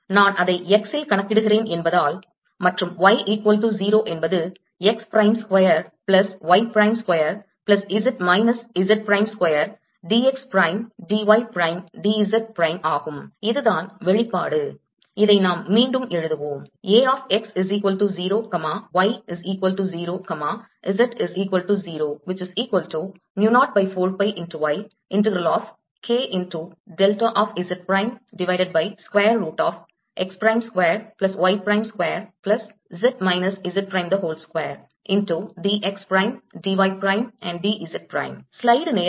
நான் அதை x இல் கணக்கிடுகிறேன் என்பதால் மற்றும் y equal to 0 என்பது x prime square plus y prime square plus z minus Z prime square d x prime d y prime d Z prime ஆகும் இதுதான் வெளிப்பாடு இதை நாம் மீண்டும் எழுதுவோம்